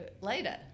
later